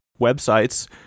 websites